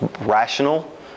rational